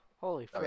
Holy